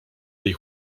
tej